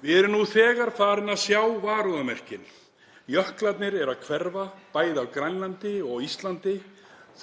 Við erum nú þegar farin að sjá varúðarmerkin. Jöklarnir eru að hverfa, bæði á Grænlandi og Íslandi,